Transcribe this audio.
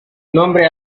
nombre